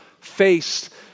faced